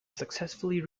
successfully